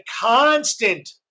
constant